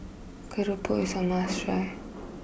Keropok is a must try